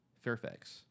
Fairfax